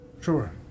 Sure